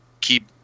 keep